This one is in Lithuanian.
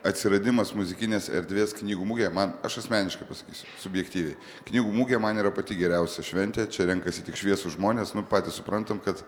atsiradimas muzikinės erdvės knygų mugėje man aš asmeniškai pasakysiu subjektyviai knygų mugė man yra pati geriausia šventė čia renkasi tik šviesūs žmonės patys suprantam kad